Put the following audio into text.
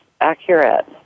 accurate